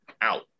out